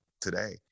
today